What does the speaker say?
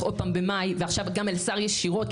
עוד פעם במאי ועכשיו גם אל השר ישירות,